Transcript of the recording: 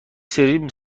سری